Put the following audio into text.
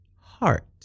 heart